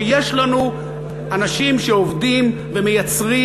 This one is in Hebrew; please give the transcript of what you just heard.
שיש לנו אנשים שעובדים ומייצרים